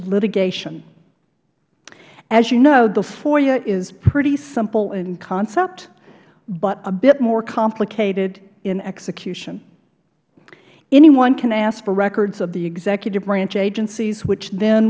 litigation as you know the foia is pretty simple in concept but a bit more complicated in execution anyone can ask for records of the executive branch agencies which then